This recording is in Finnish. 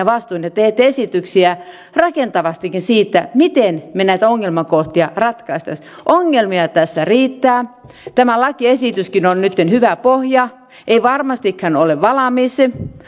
vastuun ja teette esityksiä rakentavastikin siitä miten me näitä ongelmakohtia ratkaisisimme ongelmia tässä riittää tämä lakiesitys on nytten hyvä pohja ei varmastikaan valmis